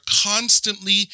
constantly